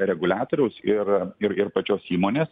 reguliatoriaus ir ir ir pačios įmonės